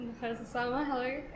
Hello